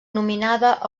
nominada